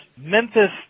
Memphis